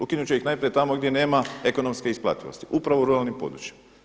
Ukinut će ih najprije tamo gdje nema ekonomske isplativosti, upravo u ruralnim područjima.